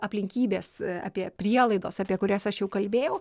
aplinkybės apie prielaidos apie kurias aš kalbėjau